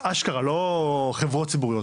ציבוריים אשכרה, לא חברות ציבוריות.